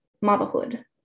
motherhood